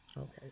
Okay